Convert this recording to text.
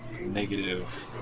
negative